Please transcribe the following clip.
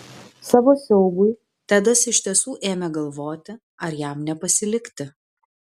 savo siaubui tedas iš tiesų ėmė galvoti ar jam nepasilikti